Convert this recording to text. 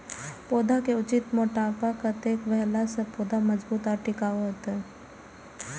पौधा के उचित मोटापा कतेक भेला सौं पौधा मजबूत आर टिकाऊ हाएत?